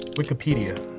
wikipedia.